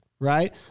right